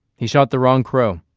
he shot the wrong crow.